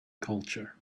culture